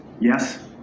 Yes